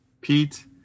Pete